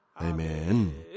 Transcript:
Amen